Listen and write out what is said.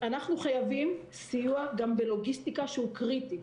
אנחנו חייבים סיוע גם בלוגיסטיקה שהוא קריטי.